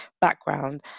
background